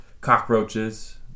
cockroaches